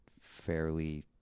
fairly